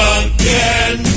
again